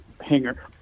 hanger